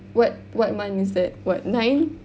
what what month is that what nine